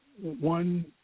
one